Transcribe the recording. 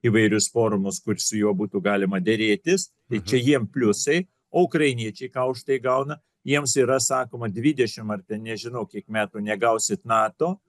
įvairius forumus kur su juo būtų galima derėtis tai čia jiem pliusai o ukrainiečiai ką už tai gauna jiems yra sakoma dvidešimt ar ten nežinau kiek metų negausit nato